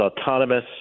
autonomous